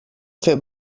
fer